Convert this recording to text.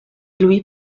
louis